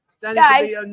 Guys